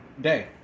day